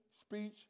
speech